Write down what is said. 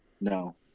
No